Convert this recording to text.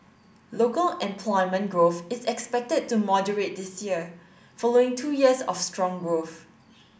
local employment growth is expected to moderate this year following two years of strong growth